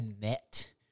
met